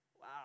Wow